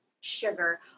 sugar